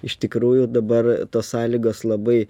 iš tikrųjų dabar tos sąlygos labai